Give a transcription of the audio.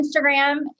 Instagram